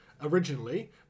originally